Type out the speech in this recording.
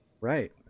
Right